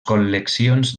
col·leccions